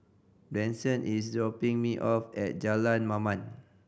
Bronson is dropping me off at Jalan Mamam